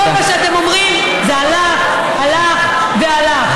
כל מה שאתם אומרים זה הלך, הלך והלך.